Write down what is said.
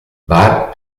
bar